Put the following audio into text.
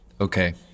Okay